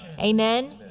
Amen